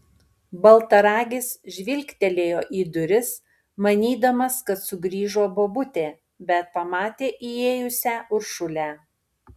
baltaragis žvilgtelėjo į duris manydamas kad sugrįžo bobutė bet pamatė įėjusią uršulę